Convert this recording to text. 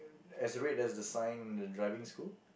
as red as the sign of the driving school